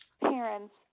parents